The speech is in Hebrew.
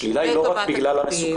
השלילה פה היא לא רק בגלל המסוכנות.